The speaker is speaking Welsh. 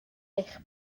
eich